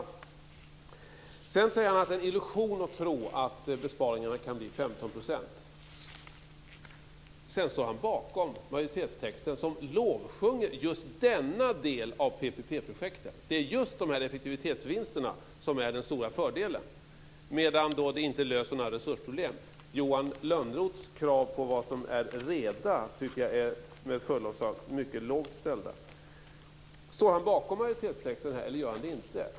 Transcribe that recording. Johan Lönnroth säger att det är en illusion att tro att besparingarna kan bli 15 %. Sedan står han bakom majoritetstexten som lovsjunger just denna del av PPP-projekten. Det är just dessa effektivitetsvinster som är den stora fördelen, medan det inte löser några resursproblem. Johan Lönnroths krav på vad som är reda är med förlov sagt väldigt lågt ställda. Står Johan Lönnroth bakom majoritetstexten, eller gör han det inte?